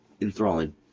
enthralling